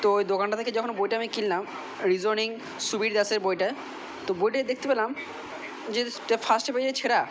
তো ওই দোকানটা থেকে যখন বইটা আমি কিনলাম রিসনিং সুবীর দাসের বইটা তো বইটায় দেখতে পেলাম যে ফার্স্ট পেজে ছেঁড়া